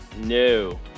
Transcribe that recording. No